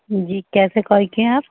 जी कैसे कॉल किए आप